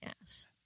yes